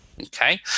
Okay